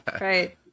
Right